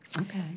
okay